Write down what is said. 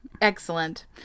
excellent